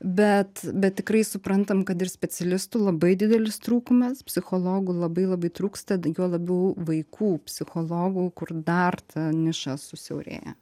bet bet tikrai suprantam kad ir specialistų labai didelis trūkumas psichologų labai labai trūksta juo labiau vaikų psichologų kur dar ta niša susiaurėja